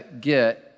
get